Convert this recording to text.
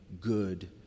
good